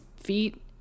feet